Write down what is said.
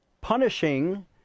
punishing